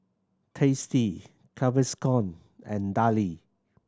Tasty Gaviscon and Darlie